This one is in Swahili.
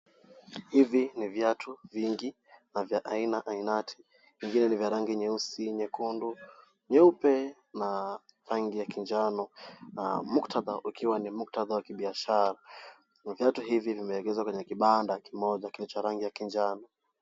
Hivi ni viatu vingi na vya aina ainati. Vingine ni vya rangi nyeusi , nyekundu , nyeupe na rangi ya kijano na muktadha ukiwa ni muktadha wa kibiashara. Viatu hivi vimeegezwa kwenye kibanda kimoja kilicho rangi ya kijano.